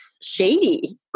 shady